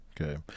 Okay